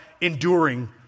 enduring